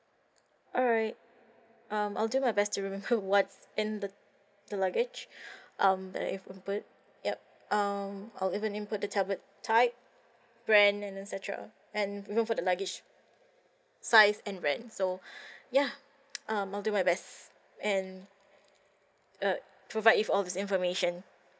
alright um I will do my best to remember what's in the the luggage um that's input yup um I'll even input the tablet type brand and et cetera and even for the luggage size and brand so ya um I will do my best and uh provide it all this information